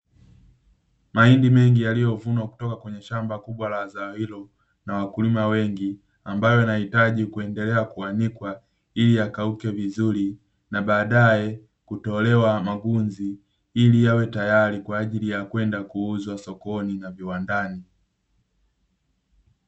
Mahindi mengi yaliyovunwa kutoka kwenye shamba kubwa la zao hilo na wakulima wengi, ambalo linahitaji kuendelea kuanikwa ili yakauke vizuri na baadaye kutolewa magunzi ili yawe tayari kwa ajili ya kwenda kuuzwa sokoni na viwandani.